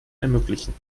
ermöglichen